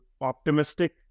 optimistic